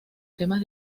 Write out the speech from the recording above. temas